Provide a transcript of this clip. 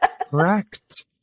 Correct